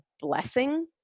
blessing